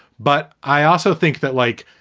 but i also think that, like,